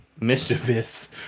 mischievous